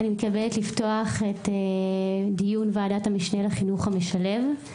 אני מתכבדת לפתוח את דיון ועדת המשנה לחינוך המשלב.